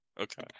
Okay